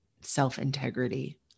self-integrity